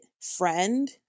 friend